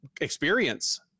experience